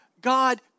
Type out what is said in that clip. God